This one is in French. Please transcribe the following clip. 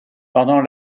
pendant